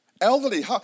elderly